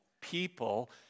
people